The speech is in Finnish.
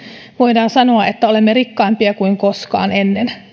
voidaan sanoa että olemme rikkaampia kuin koskaan ennen